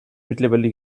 mittlerweile